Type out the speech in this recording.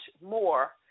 more